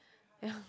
yeah